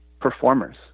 performers